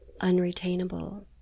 unretainable